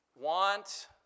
want